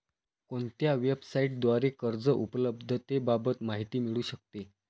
कोणत्या वेबसाईटद्वारे कर्ज उपलब्धतेबाबत माहिती मिळू शकते?